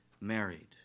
married